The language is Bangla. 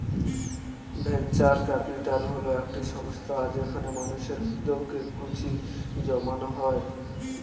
ভেঞ্চার ক্যাপিটাল হল একটি সংস্থা যেখানে মানুষের উদ্যোগে পুঁজি জমানো হয়